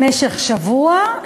למשך שבוע,